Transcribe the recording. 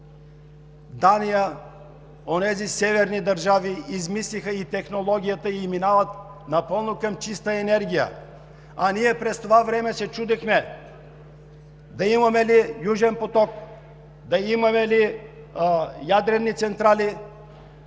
Дания, онези северни държави, измислиха и технологията и минават напълно към чиста енергия, а ние през това време се чудехме да имаме ли Южен поток, да имаме ли ядрени централи.